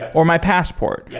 or my passport. yeah